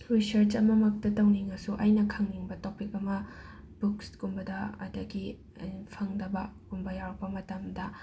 ꯔꯤꯁꯔꯆꯃꯛꯇ ꯇꯧꯅꯤꯡꯂꯁꯨ ꯑꯩꯅ ꯈꯪꯅꯤꯡꯕ ꯇꯣꯄꯤꯛ ꯑꯃ ꯕꯨꯛꯁꯀꯨꯝꯕꯗ ꯑꯗꯒꯤ ꯐꯪꯗꯕꯒꯨꯝꯕ ꯌꯥꯎꯔꯛꯄ ꯃꯇꯝꯗ